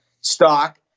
stock